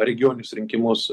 regioninius rinkimus